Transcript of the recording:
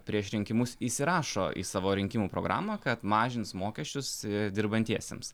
prieš rinkimus įsirašo į savo rinkimų programą kad mažins mokesčius dirbantiesiems